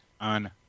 on